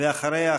ואחריה,